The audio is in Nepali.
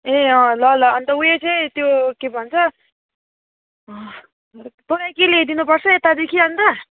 ए अँ ल ल अन्त उयो चाहिँ त्यो के भन्छ हँ तँलाई के ल्याइदिनुपर्छ यतादेखि अन्त